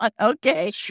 Okay